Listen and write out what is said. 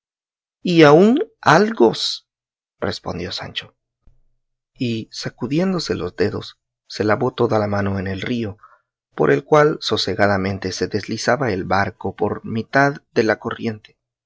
y aun algos respondió sancho y sacudiéndose los dedos se lavó toda la mano en el río por el cual sosegadamente se deslizaba el barco por mitad de la corriente